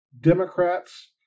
Democrats